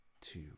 two